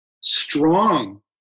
strong